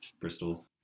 Bristol